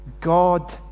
God